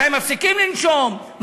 מתי מפסיקים לנשום,